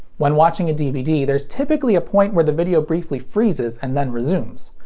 when watching a dvd, there's typically a point where the video briefly freezes and then resumes.